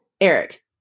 eric